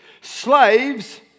Slaves